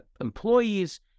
employees